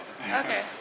Okay